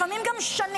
לפעמים גם שנים.